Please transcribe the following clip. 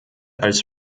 als